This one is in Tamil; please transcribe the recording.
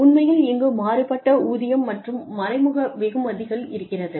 உண்மையில் இங்கு மாறுபட்ட ஊதியம் மற்றும் மறைமுக வெகுமதிகள் இருக்கிறது